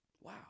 Wow